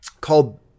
called